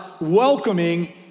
welcoming